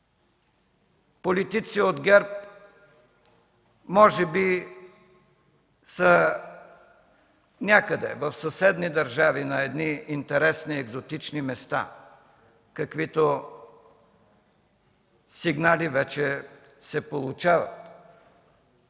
политици от ГЕРБ може би са някъде в съседни държави на едни интересни, екзотични места, каквито сигнали вече се получават.